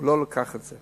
והוא לא לקח את זה.